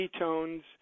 ketones